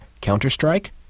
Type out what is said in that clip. Counter-Strike